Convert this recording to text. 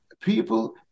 people